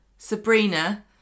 Sabrina